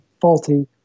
faulty